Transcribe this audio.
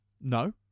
No